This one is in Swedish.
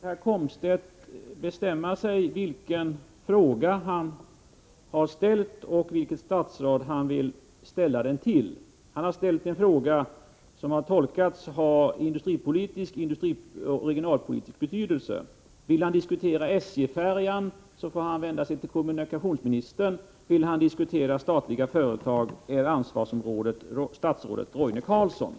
Herr talman! Möjligen får herr Komstedt bestämma sig för vilken fråga han har ställt och vilket statsråd han vill ställa den till. Han har ställt en fråga som bedömts ha industripolitisk och regionalpolitisk betydelse. Men om herr Komstedt vill diskutera SJ-färjan, får han vända sig till kommunikationsministern. Om han vill diskutera statliga företag, är ansvarsområdet statsrådet Roine Carlssons.